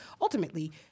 ultimately